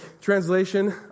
Translation